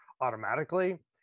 automatically